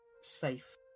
safe